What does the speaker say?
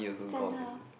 send her